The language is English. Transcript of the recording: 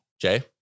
Jay